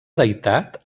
deïtat